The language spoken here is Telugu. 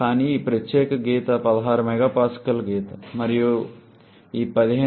కానీ ఈ ప్రత్యేక గీత 16 MPa గీత మరియు ఈ గీత 15